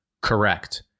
Correct